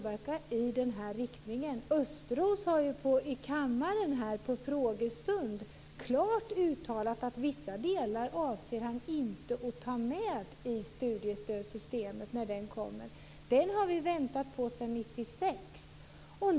Östros har under en frågestund i kammaren klart uttalat att han inte avser att ta med vissa delar av detta när förslaget om studiestödssystemet kommer. Det har vi väntat på sedan 1996.